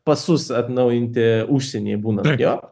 pasus atnaujinti užsienyje būnant jo